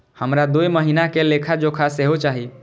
हमरा दूय महीना के लेखा जोखा सेहो चाही